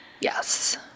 yes